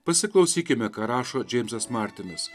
pasiklausykime ką rašo džeimsas martinis